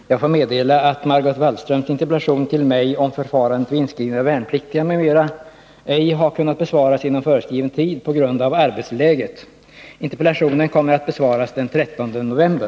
Herr talman! Jag får meddela att Margot Wallströms interpellation till mig om förfarandet vid inskrivningen av värnpliktiga, m.m. ej har kunnat besvaras inom föreskriven tid på grund av arbetsläget. Interpellationen kommer att besvaras den 13 november.